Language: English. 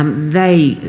they